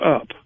up